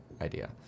idea